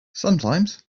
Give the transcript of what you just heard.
sometimes